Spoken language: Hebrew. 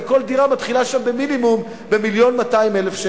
כל דירה מתחילה שם במינימום של 1.2 מיליון שקל,